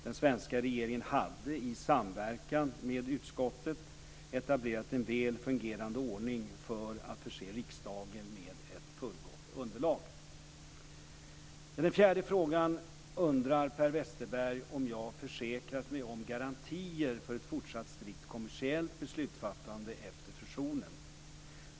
Den svenska regeringen hade i samverkan med utskottet etablerat en väl fungerande ordning för att förse riksdagen med ett fullgott underlag. 4. Per Westerberg undrar om jag försäkrat mig om garantier för ett fortsatt strikt kommersiellt beslutsfattande efter fusionen.